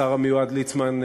השר המיועד ליצמן,